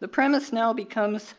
the premise now becomes